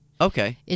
Okay